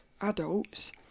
adults